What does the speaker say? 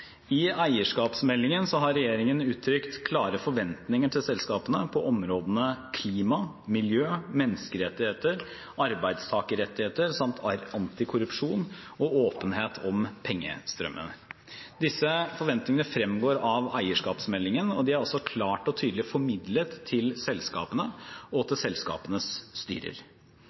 I eierskapsmeldingen har regjeringen uttrykt klare forventninger til selskapene på områdene klima og miljø, menneskerettigheter, arbeidstakerrettigheter samt antikorrupsjon og åpenhet om pengestrømmer. Disse forventningene fremgår av eierskapsmeldingen, og de er klart og tydelig formidlet til selskapene og til selskapenes styrer.